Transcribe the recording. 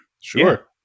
Sure